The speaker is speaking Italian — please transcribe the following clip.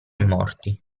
morti